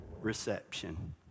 reception